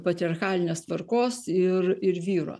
patriarchalinės tvarkos ir ir vyro